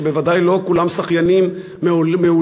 שבוודאי לא כולם שחיינים מעולים,